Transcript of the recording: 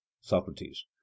Socrates